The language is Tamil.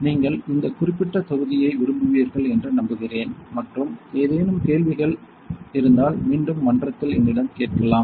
நீங்கள் இந்த குறிப்பிட்ட தொகுதியை விரும்புவீர்கள் என்று நம்புகிறேன் மற்றும் ஏதேனும் கேள்விகள் மீண்டும் மன்றத்தில் என்னிடம் கேட்கலாம்